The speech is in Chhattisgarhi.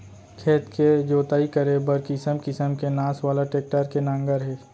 खेत के जोतई करे बर किसम किसम के नास वाला टेक्टर के नांगर हे